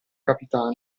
capitano